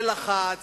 זה לחץ,